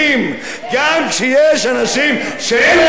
גם כשיש אנשים שאין להם אחמד טיבי,